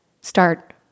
start